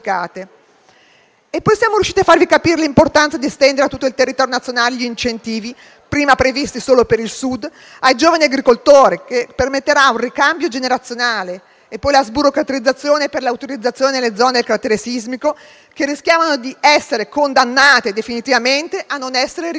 Poi, siamo riusciti a farvi capire l'importanza di estendere a tutto il territorio nazionale gli incentivi ai giovani agricoltori prima previsti solo per il Sud, che permetterà un ricambio generazionale. E poi la sburocratizzazione per l'autorizzazione delle zone a carattere sismico, che rischiavano di essere condannate definitivamente a non essere ricostruite.